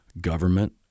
government